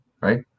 right